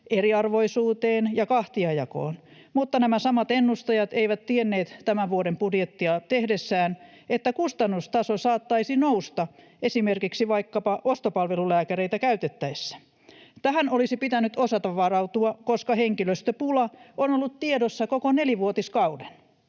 eriarvoisuuteen ja kahtiajakoon, mutta nämä samat ennustajat eivät tienneet tämän vuoden budjettia tehdessään, että kustannustaso saattaisi nousta esimerkiksi vaikkapa ostopalvelulääkäreitä käytettäessä. Tähän olisi pitänyt osata varautua, koska henkilöstöpula on ollut tiedossa koko nelivuotiskauden.